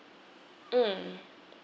mm